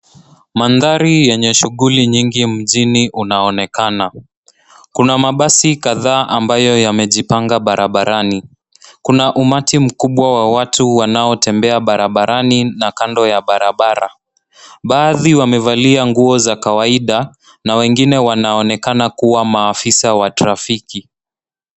Mandhari yenye shughuli nyingi mjini unaonekana. Kuna mabasi kadhaa ambayo yamejipanga barabarani. Kuna umati mkubwa wa watu wanaotembea barabarani na kando ya barabara. Baadhi wamevalia nguo za kawaida na wengine wanaonekana kuwa maafisa wa trafiki.